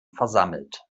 versammelt